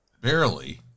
Barely